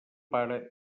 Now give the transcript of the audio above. pare